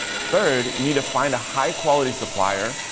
third, you need to find a high-quality supplier.